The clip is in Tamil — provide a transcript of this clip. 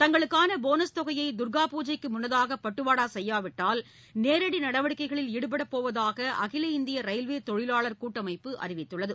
தங்களுக்கான போன்ஸ் தொகையை தர்கா பூஜைக்கு முன்னதாக பட்டுவாடா செய்யாவிட்டால் நேரடி நடவடிக்கைகளில் ஈடுபட போவதாக அகில இந்திய ரயில்வே தொழிலாளர் கூட்டமைப்பு அறிவித்துள்ளது